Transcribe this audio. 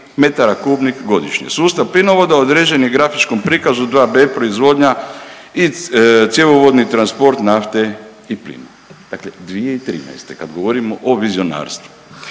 metara kubnih godišnje. Sustav plinovoda određen je grafičkom prikazu 2B proizvodnja i cjevovodni transport nafte i plina. Dakle, 2013. kad govorimo o vizionarstvu.